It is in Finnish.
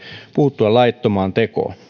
puuttua laittomaan tekoon